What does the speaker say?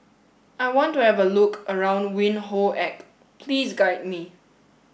I want to have a look around Windhoek Please guide me